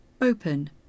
Open